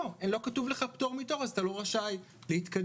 לא כתוב לך פטור מתור אז אתה לא רשאי להתקדם.